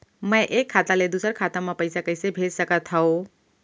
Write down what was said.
मैं एक खाता ले दूसर खाता मा पइसा कइसे भेज सकत हओं?